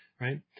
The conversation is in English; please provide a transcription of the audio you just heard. right